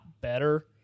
better